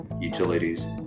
utilities